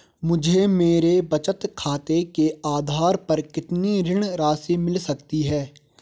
मुझे मेरे बचत खाते के आधार पर कितनी ऋण राशि मिल सकती है?